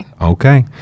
Okay